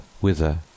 whither